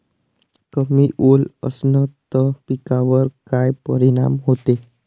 कमी ओल असनं त पिकावर काय परिनाम होते?